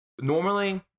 Normally